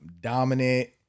dominant